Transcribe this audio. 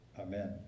Amen